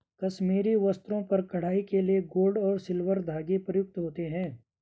कश्मीरी वस्त्रों पर कढ़ाई के लिए गोल्ड और सिल्वर धागे प्रयुक्त होते हैं